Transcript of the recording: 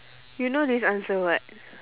you know this answer [what]